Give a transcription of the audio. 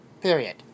Period